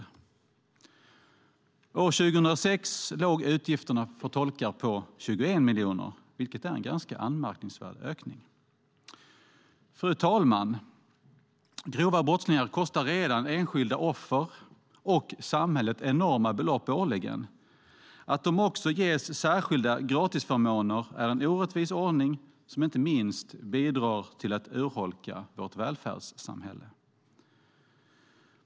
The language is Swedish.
År 2006 låg utgifterna för tolkar på 21 miljoner. Det är en ganska anmärkningsvärd ökning. Fru talman! Personer som begår grova brott kostar redan enskilda offer och samhället enorma belopp årligen. Att de också ges särskilda gratisförmåner är en orättvis ordning som inte minst bidrar till att urholka vårt välfärdssamhälle.